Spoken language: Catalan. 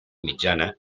mitjana